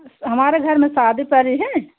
हमारे घर में शादी पड़ी है